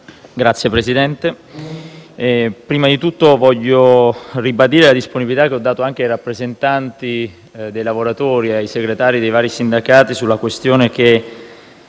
Signor Presidente, prima di tutto voglio ribadire la disponibilità, che ho dato anche ai rappresentanti dei lavoratori e ai segretari dei vari sindacati, sulla questione che